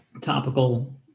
topical